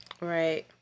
Right